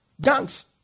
gangs